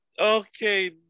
Okay